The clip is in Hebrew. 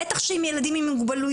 בטח שעם ילדים עם מוגבלויות,